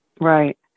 Right